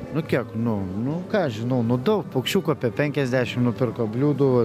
nu kiek nu nu ką aš žinau nu daug paukščiukų apie penkiasdešimt nupirko bliūdų